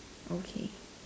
okay